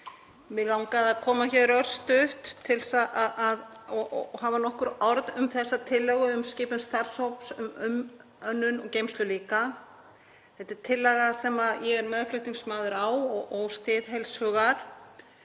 Mig langaði að koma hér örstutt til að hafa nokkur orð um þessa tillögu um skipun starfshóps um umönnun og geymslu líka. Þetta er tillaga sem ég er meðflutningsmaður á og styð heils hugar.